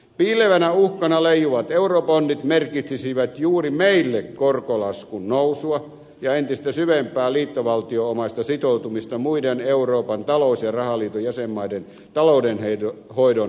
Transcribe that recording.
piilevänä uhkana leijuvat eurobondit merkitsisivät juuri meille korkolaskun nousua ja entistä syvempää liittovaltionomaista sitoutumista muiden euroopan talous ja rahaliiton jäsenmaiden taloudenhoidon epäonnistumisiin